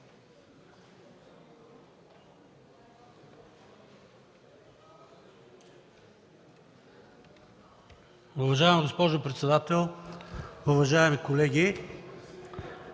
Уважаема госпожо председател, уважаеми колеги!